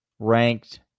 ranked